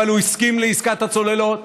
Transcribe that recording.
אבל הוא הסכים לעסקת הצוללות,